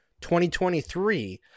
2023